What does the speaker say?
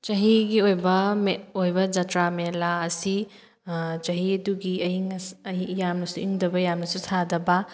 ꯆꯍꯤꯒꯤ ꯑꯣꯏꯕ ꯑꯣꯏꯕ ꯖꯇ꯭ꯔꯥ ꯃꯦꯂꯥ ꯑꯁꯤ ꯆꯍꯤꯗꯨꯒꯤ ꯑꯌꯤꯡ ꯌꯥꯝꯅꯁꯨ ꯏꯪꯗꯕ ꯌꯥꯝꯅꯁꯨ ꯁꯥꯗꯕ